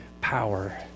power